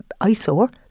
eyesore